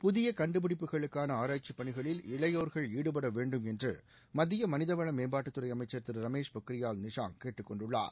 புதிய கண்டுபிடிப்புகளுக்கான ஆராய்ச்சி பணிகளில் இளையோர்கள் ஈடுபடவேண்டும் என்று மத்திய மனித வள மேம்பாட்டுத்துறை அமைச்சர் திரு ரமேஷ் பொக்ரியால் நிஷாங் கேட்டுக்கொண்டுள்ளார்